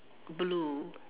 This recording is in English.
blue